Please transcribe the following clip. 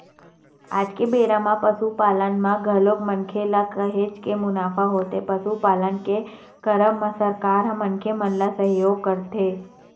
आज के बेरा म पसुपालन म घलोक मनखे ल काहेच के मुनाफा होथे पसुपालन के करब म सरकार ह मनखे मन ल सहयोग करथे